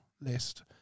list